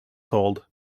told